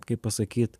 kaip pasakyt